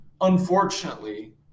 Unfortunately